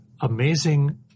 amazing